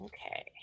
Okay